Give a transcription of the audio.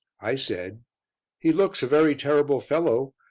i said he looks a very terrible fellow.